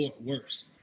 worse